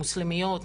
מוסלמיות,